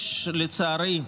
יש, לצערי,